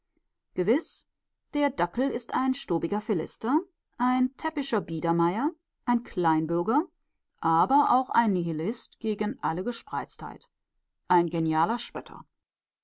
gewiß der dackel ist ein stobiger philister ein täppischer biedermeier ein kleinbürger aber auch ein nihilist gegen alle gespreiztheit ein genialer spötter